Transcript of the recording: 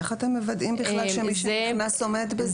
איך אתם מוודאים בכלל שמי שנכנס עומד בזה?